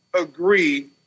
agree